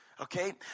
okay